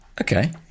okay